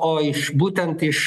o iš būtent iš